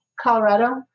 colorado